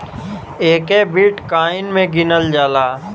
एके बिट्काइन मे गिनल जाला